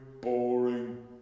boring